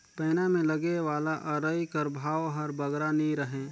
पैना मे लगे वाला अरई कर भाव हर बगरा नी रहें